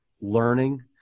learning